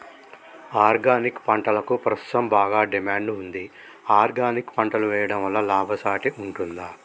Organic పంటలకు ప్రస్తుతం బాగా డిమాండ్ ఉంది ఆర్గానిక్ పంటలు వేయడం వల్ల లాభసాటి ఉంటుందా?